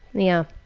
yeah.